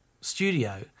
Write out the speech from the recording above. studio